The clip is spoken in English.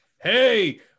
Hey